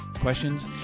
questions